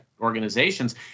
organizations